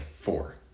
Four